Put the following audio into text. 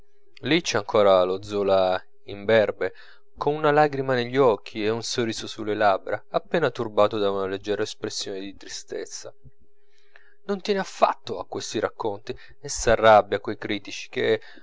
c'è ancora lo zola imberbe con una lagrima negli occhi e un sorriso sulle labbra appena turbato da una leggera espressione di tristezza non tiene affatto a questi racconti e s'arrabbia coi critici che